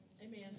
Amen